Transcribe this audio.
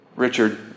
Richard